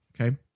Okay